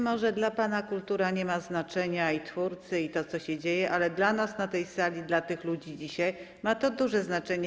Może dla pana kultura nie ma znaczenia, i twórcy, i to, co się dzieje, ale dla nas na tej sali, dla ludzi dzisiaj ma to duże znaczenie.